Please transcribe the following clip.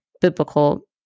biblical